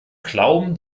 glauben